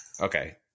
okay